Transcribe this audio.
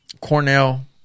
Cornell